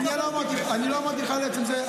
אני לא אמרתי לך על עצם זה.